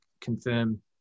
confirm